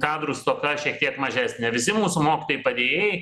kadrų stoka šiek tiek mažesnė visi mūsų mokytojai padėjėjai